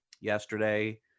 yesterday